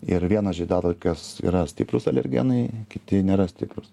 ir vienos žiedadulkės yra stiprūs alergenai kiti nėra stiprūs